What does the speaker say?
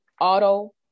auto